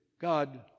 God